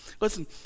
Listen